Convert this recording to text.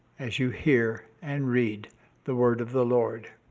as you hear and read the word of the lord.